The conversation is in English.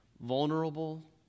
vulnerable